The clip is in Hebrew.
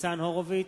ניצן הורוביץ,